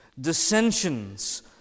dissensions